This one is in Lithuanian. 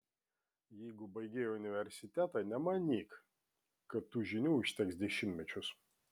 jeigu baigei universitetą nemanyk kad tų žinių užteks dešimtmečius